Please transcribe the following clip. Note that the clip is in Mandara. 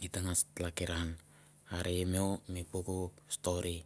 git tangas tlakiran are i mo mi puk stori.